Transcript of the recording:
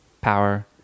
power